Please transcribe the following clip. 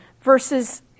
versus